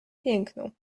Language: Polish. piękną